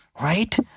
right